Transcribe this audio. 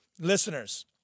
listeners